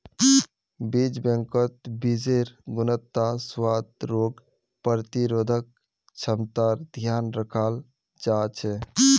बीज बैंकत बीजेर् गुणवत्ता, स्वाद, रोग प्रतिरोधक क्षमतार ध्यान रखाल जा छे